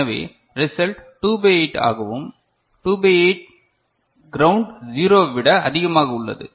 எனவே result 2 by 8 ஆகவும் 2 by 8 ground 0 ஐ விட அதிகமாக உள்ளது